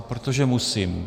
Protože musím.